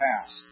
past